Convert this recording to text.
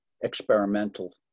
experimental